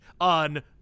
on